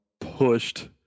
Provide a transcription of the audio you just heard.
pushed